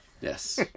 Yes